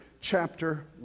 chapter